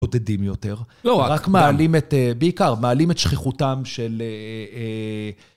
עודדים יותר. לא, רק מעלים את, א-בעיקר, מעלים את שכיחותם של אה...